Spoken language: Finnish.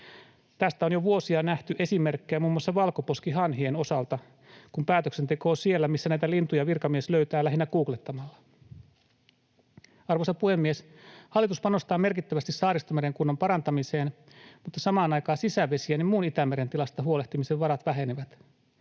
Tästä on jo vuosia nähty esimerkkejä muun muassa valkoposkihanhien osalta, kun päätöksenteko on siellä, missä näitä lintuja virkamies löytää lähinnä googlettamalla. Arvoisa puhemies! Hallitus panostaa merkittävästi Saaristomeren kunnon parantamiseen, mutta samaan aikaan sisävesien ja muun Itämeren tilasta huolehtimisen varat vähenevät.